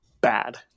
bad